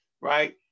right